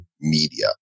media